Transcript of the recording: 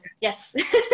Yes